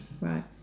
Right